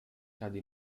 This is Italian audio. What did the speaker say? cade